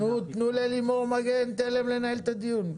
תנו ללימור מגן תלם לנהל את הדיון.